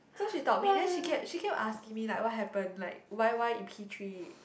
so she taught me then she keep she keep asking me like what happen like why why in P-three